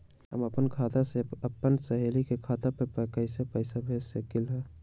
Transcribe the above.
हम अपना खाता से अपन सहेली के खाता पर कइसे पैसा भेज सकली ह?